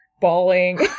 bawling